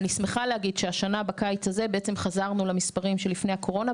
אני שמחה להגיד שהשנה בקיץ הזה בעצם חזרנו למספרים שלפני הקורונה,